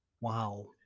Wow